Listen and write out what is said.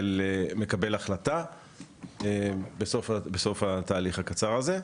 מקבל החלטה בסוף התהליך הקצר הזה.